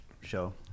show